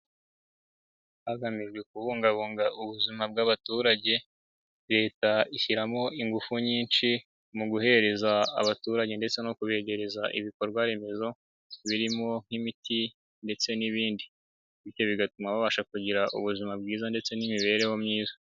Hagamijwe kubungabugwa ubuzima bw'abaturage. Leta ishyiramo ingufu nyinshi mu guhereza abaturage ndetse no kwegereza ibikorwaremezo birimo: nk'imiti ndetse n'ibindi bityo bigatuma babasha kugira ubuzima bwiza ndetse n'imibereho myiza.